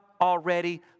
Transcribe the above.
already